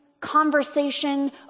conversation